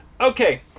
Okay